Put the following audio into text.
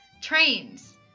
trains